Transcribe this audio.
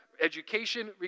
education